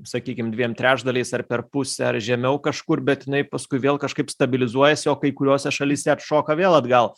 sakykim dviem trečdaliais ar per pusę ar žemiau kažkur bet jinai paskui vėl kažkaip stabilizuojasi o kai kuriose šalyse atšoka vėl atgal